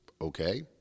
okay